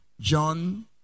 John